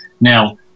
Now